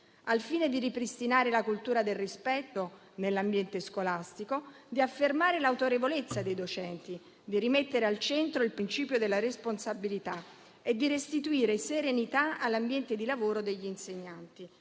al fine di ripristinare la cultura del rispetto nell'ambiente scolastico, di affermare l'autorevolezza dei docenti, di rimettere al centro il principio della responsabilità e di restituire serenità all'ambiente di lavoro degli insegnanti